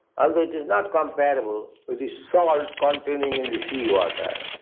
although it is not comparable with the salt containing in the sea water.